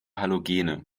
halogene